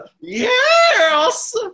yes